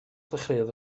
ddechreuodd